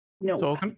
No